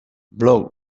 blog